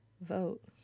vote